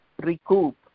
recoup